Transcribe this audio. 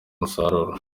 umusaruro